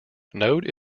node